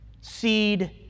seed